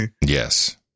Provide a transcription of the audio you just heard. Yes